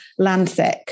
Landsec